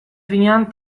finean